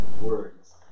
words